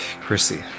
Chrissy